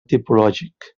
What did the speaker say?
tipològic